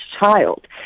child